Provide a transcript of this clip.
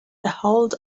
ahold